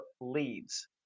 leads